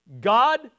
God